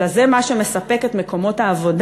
אלא זה מה שמספק את מקומות העבודה,